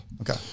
Okay